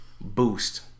boost